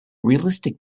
realistic